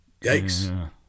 yikes